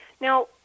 Now